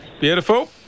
Beautiful